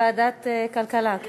הנושא לוועדת הכספים